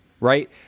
right